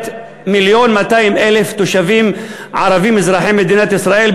1.2 מיליון תושבים ערבים אזרחי מדינת ישראל,